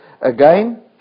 again